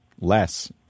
less